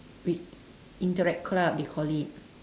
which interact club they call it